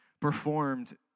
performed